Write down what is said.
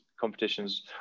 competitions